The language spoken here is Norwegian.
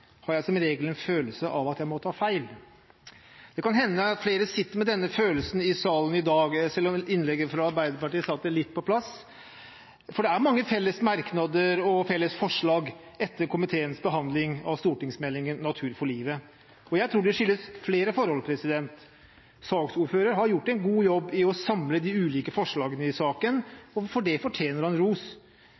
har jeg som regel en følelse av at jeg må ta feil. Det kan hende at flere sitter med denne følelsen i salen i dag, selv om innlegget fra Arbeiderpartiet satte det litt på plass, for det er mange felles merknader og felles forslag etter komiteens behandling av stortingsmeldingen «Natur for livet» – og jeg tror det skyldes flere forhold. Saksordføreren har gjort en god jobb i å samle de ulike forslagene i saken, og for det fortjener han ros,